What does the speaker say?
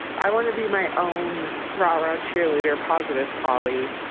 i want to be my own rah rah cheerleader, positive polly.